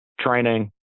training